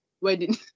wedding